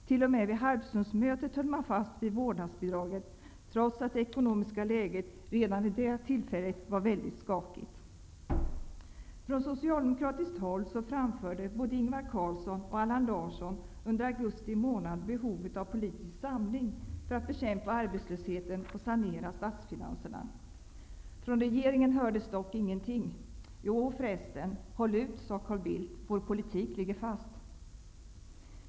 T.o.m. vid Harpsundsmötet höll man fast vid vårdnadsbidraget, trots att det ekonomiska läget redan vid det tillfället var mycket skakigt. Ingvar Carlsson och Allan Larsson under augusti månad behovet av politisk samling för att bekämpa arbetslösheten och sanera statsfinanserna. Från regeringen hördes dock ingenting. Jo förresten Carl Bildt sade: Håll ut, vår politik ligger fast.